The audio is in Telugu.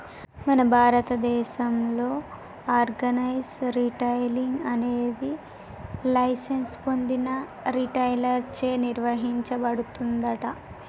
మన భారతదేసంలో ఆర్గనైజ్ రిటైలింగ్ అనేది లైసెన్స్ పొందిన రిటైలర్ చే నిర్వచించబడుతుందంట